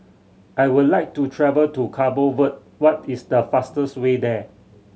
I would like to travel to Cabo Verde what is the fastest way there